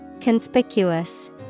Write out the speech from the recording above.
Conspicuous